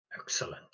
Excellent